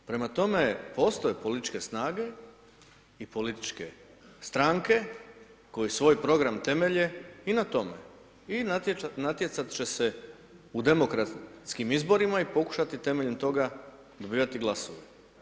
Prema tome, postoje političke snage i političke stranke koje svoje program temelje i na tome i natjecat će se u demokratskim izborima i pokušati na temelju toga dobivati glasove.